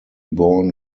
born